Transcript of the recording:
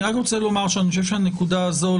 אני רק רוצה לומר שהנקודה הזו,